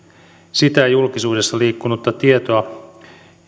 sitä julkisuudessa liikkunutta tietoa